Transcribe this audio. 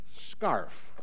SCARF